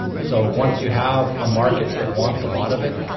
so, once you have a market that wants a lot of it,